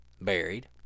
buried